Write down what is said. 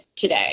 today